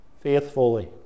faithfully